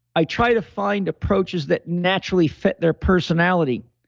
i try to find approaches that naturally fit their personality.